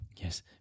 Yes